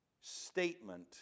statement